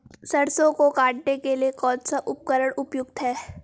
सरसों को काटने के लिये कौन सा उपकरण उपयुक्त है?